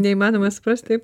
neįmanoma suprast taip